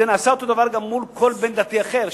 זה נעשה אותו דבר גם מול כל בית-דין דתי אחר,